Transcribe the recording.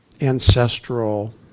ancestral